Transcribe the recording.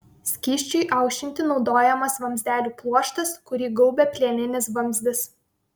skysčiui aušinti naudojamas vamzdelių pluoštas kurį gaubia plieninis vamzdis